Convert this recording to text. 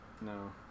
No